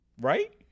Right